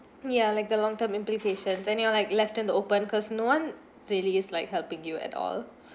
ya like the long term implications then you all like left in the open because no one really is like helping you at all